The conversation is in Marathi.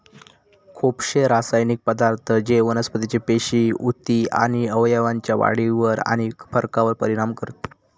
खुपशे रासायनिक पदार्थ जे वनस्पतीचे पेशी, उती आणि अवयवांच्या वाढीवर आणि फरकावर परिणाम करतत